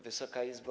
Wysoka Izbo!